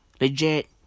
Legit